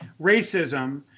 racism